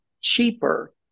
cheaper